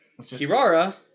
Kirara